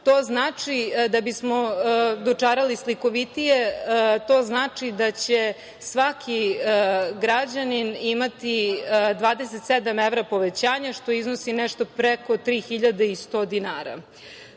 to znači da će svaki građanin imati 27 evra povećanja što iznosi nešto preko 3.100 dinara. Takođe,